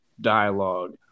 dialogue